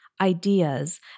ideas